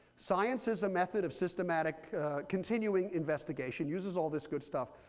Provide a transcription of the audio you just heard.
science is a method of systematic continuing investigation, uses all this good stuff,